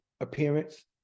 appearance